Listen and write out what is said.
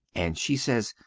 and she sez,